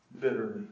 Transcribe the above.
bitterly